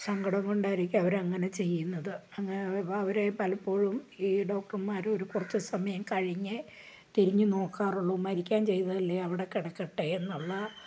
സങ്കടം കൊണ്ടായിരിക്കും അവർ അങ്ങനെ ചെയ്യുന്നത് അങ്ങനെ അവരെ പലപ്പോഴും ഈ ഡോക്ടർമാർ ഒരു കുറച്ച് സമയം കഴിഞ്ഞേ തിരിഞ്ഞു നോക്കാറുള്ളൂ മരിക്കാൻ ചെയ്തതല്ലേ അവിടെ കിടക്കട്ടെ എന്നുള്ള